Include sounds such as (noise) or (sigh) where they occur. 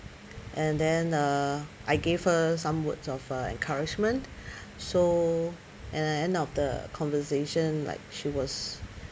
and then uh I gave her some words of uh encouragement (breath) so at the end of the conversation like she was